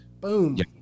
Boom